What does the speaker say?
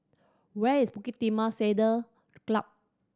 where is Bukit Timah Saddle Club